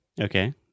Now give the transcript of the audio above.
Okay